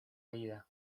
vida